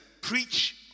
preach